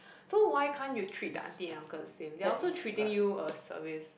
so why can't you treat the aunty and uncle the same they are also treating you a service